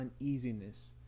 uneasiness